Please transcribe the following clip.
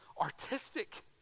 Artistic